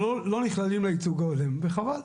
אבל לא נכללים לייצוג ההולם, וחבל.